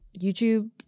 youtube